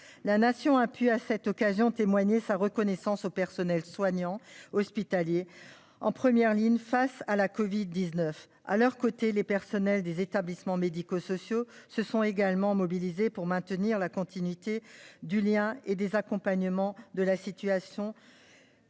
La Nation a pu, à cette occasion, témoigner sa reconnaissance au personnel soignant et hospitalier, en première ligne face à la covid-19. Les personnels des établissements médico-sociaux se sont également mobilisés pour maintenir la continuité du lien et des accompagnements, que la situation